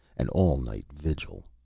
an all-night vigil.